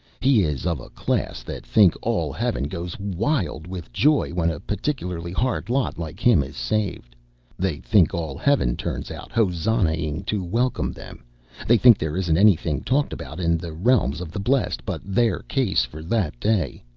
he is of a class that think all heaven goes wild with joy when a particularly hard lot like him is saved they think all heaven turns out hosannahing to welcome them they think there isn't anything talked about in the realms of the blest but their case, for that day.